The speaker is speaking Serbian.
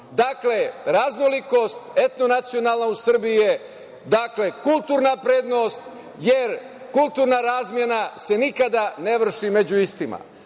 Dakle, raznolikost, etno-nacionalna u Srbiji je kulturna prednost, jer kulturna razmena se nikada ne vrši među istima,